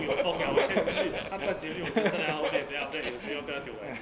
你有蜂蜜 eh shit 他站街六就 send out okay then after that 有些要跟他丢